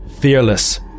fearless